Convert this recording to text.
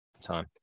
time